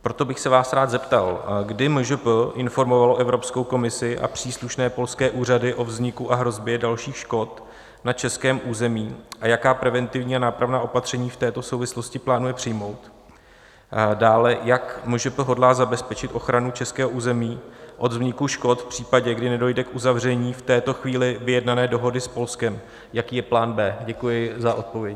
Proto bych se vás rád zeptal, kdy MŽP informovalo Evropskou komisi a příslušné polské úřady o vzniku a hrozbě dalších škod na českém území a jaká preventivní a nápravná opatření v této souvislosti plánuje přijmout, dále jak MŽP hodlá zabezpečit ochranu českého území od vzniku škod v případě, kdy nedojde k uzavření v této chvíli vyjednané dohody s Polskem jaký je plán B. Děkuji za odpovědi.